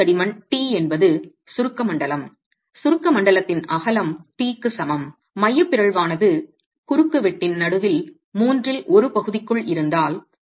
எனவே மொத்த தடிமன் t என்பது சுருக்க மண்டலம் சுருக்க மண்டலத்தின் அகலம் t க்கு சமம் மைய பிறழ்வு ஆனது குறுக்குவெட்டின் நடுவில் மூன்றில் ஒரு பகுதிக்குள் இருந்தால்